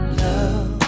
love